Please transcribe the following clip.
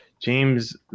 James